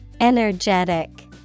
Energetic